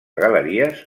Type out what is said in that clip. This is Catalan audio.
galeries